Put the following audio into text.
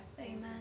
Amen